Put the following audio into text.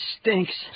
stinks